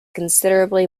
considerably